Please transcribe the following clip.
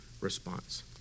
response